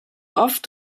oft